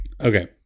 Okay